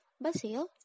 Basil